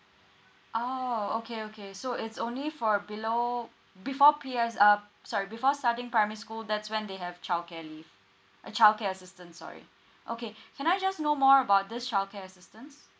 oh okay okay so it's only for below before P_S uh sorry before starting primary school that's when they have childcare leave uh childcare assistance sorry okay can I just know more about this childcare assistance